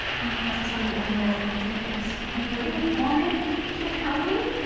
i wanted to tell you earlier. i did. i just could never you wanted to tell me?